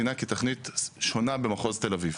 דינה כתוכנית שונה במחוז תל אביב.